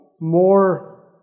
more